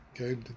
Okay